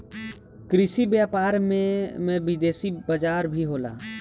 कृषि व्यापार में में विदेशी बाजार भी होला